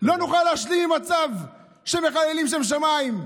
לא נוכל להשלים עם מצב שמחללים שם שמיים.